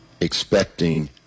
expecting